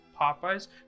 Popeyes